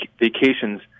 vacations